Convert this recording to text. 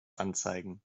anzeigen